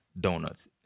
Donuts